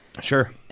Sure